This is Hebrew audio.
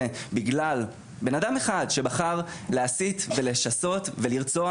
בגלל בנאדם אחד שבחר להסית ולשסות ולרצוח,